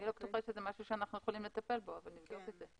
אני לא בטוחה שזה משהו שאנחנו יכולים לטפל בו אבל נבדוק את זה.